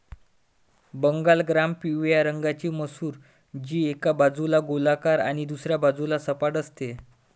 Bengal gram पिवळ्या रंगाची मसूर, जी एका बाजूला गोलाकार आणि दुसऱ्या बाजूला सपाट असते